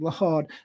Lord